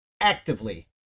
actively